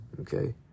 Okay